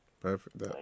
Perfect